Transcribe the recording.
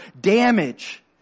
damage